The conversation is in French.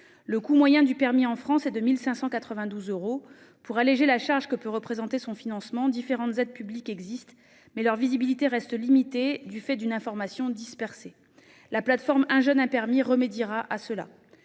Le coût moyen du permis en France est de 1 592 euros. Pour alléger la charge que peut représenter son financement, différentes aides publiques existent, mais leur visibilité reste limitée par la dispersion de l'information. La plateforme « 1 jeune, 1 permis » y remédiera. Pôle